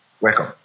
Welcome